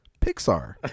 pixar